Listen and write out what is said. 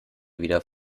wieder